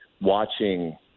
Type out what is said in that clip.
watching